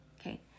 Okay